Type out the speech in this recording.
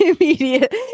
immediate